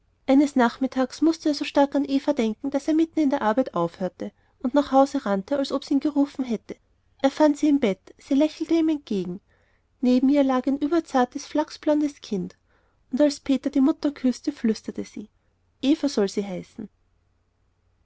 eines nachmittags mußte er so stark an eva denken daß er mitten in der arbeit aufhörte und nach hause rannte als ob sie ihn gerufen hätte er fand sie im bett sie lächelte ihm entgegen neben ihr lag ein überzartes flachsblondes kind und als peter die mutter küßte flüsterte sie eva soll sie heißen